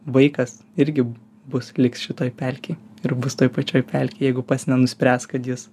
vaikas irgi bus lyg šitoj pelkėj ir bus toj pačioj pelkėj jeigu pats nenuspręs kad jis